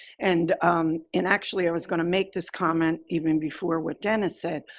and um and actually, i was going to make this comment even before what dennis said.